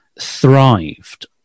thrived